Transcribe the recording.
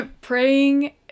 praying